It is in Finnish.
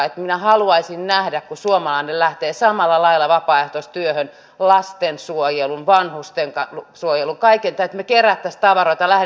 minä en haluaisi nähdä sitä kun suomalainen lähtisi samalla lailla kuin muuhun vapaaehtoistyöhön lastensuojeluun vanhustensuojeluun kaikkeen tällaiseen että me keräisimme tavaroita ja lähtisimme sinne